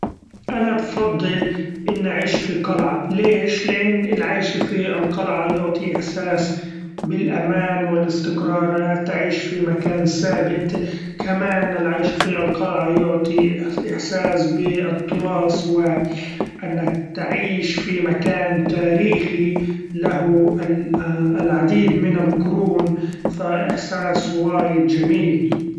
أنا بفضل إني اعيش في قلعة ليش ؛ لأن العيش في القلعة يعطي احساس بالأمان و الإستقرار تعيش في مكان ثابت ، كمان العيش في القلعة يعطي احساس بالتراث و إنك تعيش في مكان تاريخي له العديد من القرون ف احساس وايد جميل.